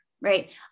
right